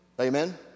Amen